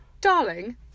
Darling